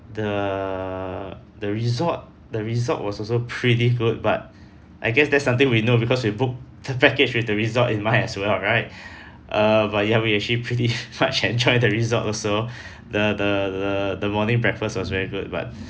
the the resort the resort was also pretty good but I guess that's something we know because we book the package with the resort in mind as well right uh but ya we actually pretty much enjoy the resort also the the the the morning breakfast was very good but